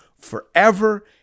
forever